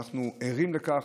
ואנחנו ערים לכך,